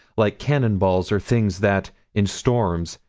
like cannon balls are things that, in storms,